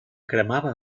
cremava